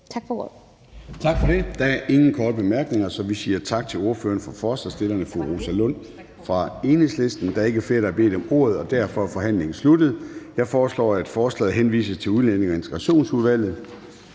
Tak for ordet.